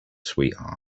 sweetheart